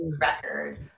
record